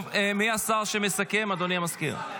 טוב, מי השר שמסכם, אדוני המזכיר?